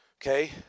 Okay